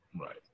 Right